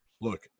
look